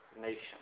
nation